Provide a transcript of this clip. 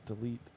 Delete